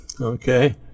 okay